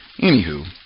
Anywho